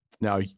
Now